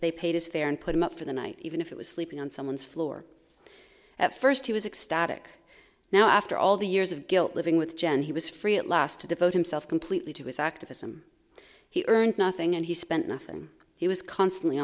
they paid his fare and put him up for the night even if it was sleeping on someone's floor at first he was ecstatic now after all the years of guilt living with jen he was free at last to devote himself completely to his activism he earned nothing and he spent nothing he was constantly